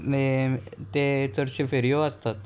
हे ते चडशे फेरयो आसतात